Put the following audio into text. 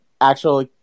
actual